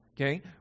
okay